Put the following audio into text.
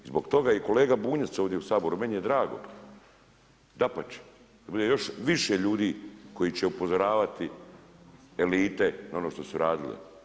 Zbog toga je i kolega Bunjac ovdje u Saboru, meni je drago, dapače, da bude još više ljudi koji će upozoravati elite na ono što su radili.